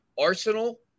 Arsenal